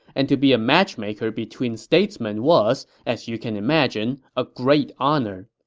and to be a matchmaker between statesmen was, as you can imagine, a great honor.